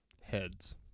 Heads